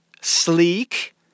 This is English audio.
sleek